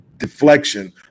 Deflection